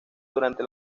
durante